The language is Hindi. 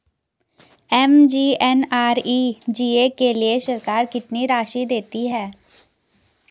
एम.जी.एन.आर.ई.जी.ए के लिए सरकार कितनी राशि देती है?